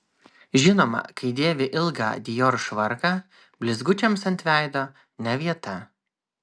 žinoma kai dėvi ilgą dior švarką blizgučiams ant veido ne vieta